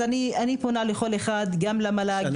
אז אני פונה לכל אחד גם למל"ג,